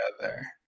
together